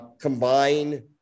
combine